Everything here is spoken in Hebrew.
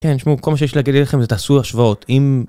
כן, תשמעו, כל מה שיש להגיד לכם זה תעשו השוואות, אם...